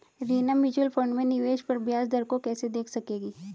Reena mutual fund में निवेश पर ब्याज दर को कैसे देख सकेगी?